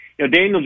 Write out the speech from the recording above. Daniel